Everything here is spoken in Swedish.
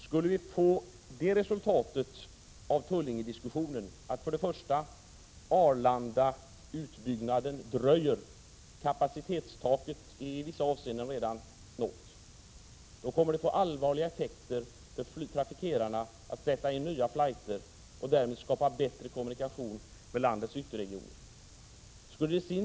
Skulle vi få det resultatet av Tullingediskussionen att Arlandautbyggnaden dröjer — kapacitetstaket är i vissa avseenden redan nått —- kommer det att få allvarliga effekter för trafikerarnas möjligheter att sätta in nya flighter och därmed skapa bättre kommunikationer för landets ytterregioner.